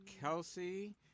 Kelsey